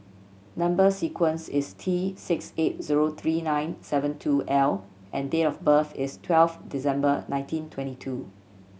number sequence is T six eight zero three nine seven two L and date of birth is twelve December nineteen twenty two